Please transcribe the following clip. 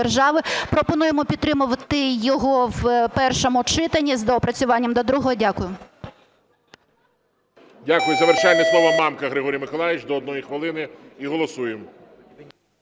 Пропонуємо підтримувати його в першому читанні з доопрацюванням до другого. Дякую. ГОЛОВУЮЧИЙ. Дякую. Завершальне слово Мамка Григорій Миколайович – до 1 хвилини і голосуємо.